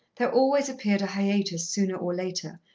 there always appeared a hiatus sooner or later,